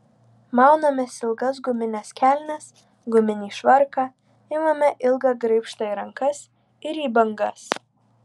maunamės ilgas gumines kelnes guminį švarką imame ilgą graibštą į rankas ir į bangas